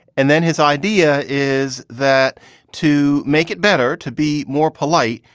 and then his idea is that to make it better, to be more polite,